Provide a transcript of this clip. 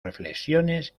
reflexiones